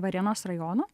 varėnos rajono